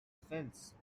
fence